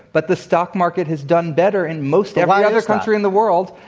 but the stock market has done better in most every other country in the world